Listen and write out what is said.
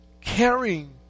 caring